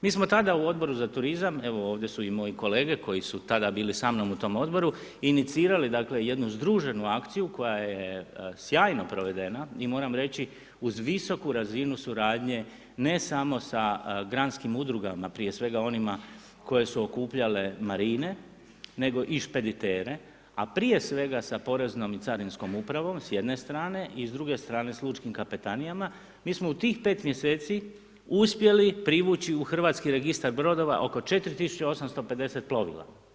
Mi smo tada u Odboru za turizam, evo, ovdje su i moji kolege, koji su tada bili sa mnom u tom odboru, inicirali dakle, jednu združenu akciju, koja je sjajno provedena i moram reći, uz visoku razinu suradnje, ne samo sa dramskim udrugama, prije svega onima koji su okupljali marine, nego i špeditere, a prije svega sa poreznom i carinskom upravo, s jedne strane i s druge strane s lučkim kapetanijama, mi smo u tih 5 mj. uspjeli privući u hrvatski registar brodova oko 4850 plovila.